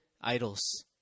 idols